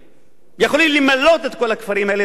יכולים למלא את כל הכפרים האלה בבתי-ספר